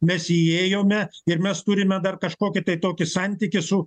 mes įėjome ir mes turime dar kažkokį tai tokį santykį su